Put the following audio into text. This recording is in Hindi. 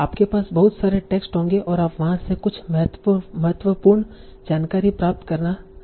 आपके पास बहुत सारे टेक्स्ट होंगे और आप वहां से कुछ महत्वपूर्ण जानकारी प्राप्त करने का प्रयास कर रहे हैं